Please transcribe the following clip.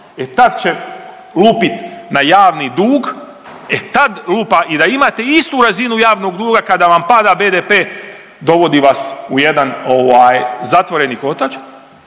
E tad će lupit na javni dug, e tad lupa i da imate istu razinu javnog duga kada vam pada BDP dovodi vas u jedan zatvoreni kotač